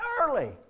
early